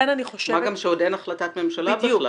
מה גם שעוד אין החלטת ממשלה.